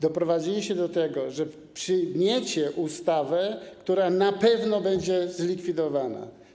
Doprowadziliście do tego, że przyjmiecie ustawę, która na pewno będzie zlikwidowana.